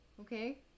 okay